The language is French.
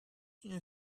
une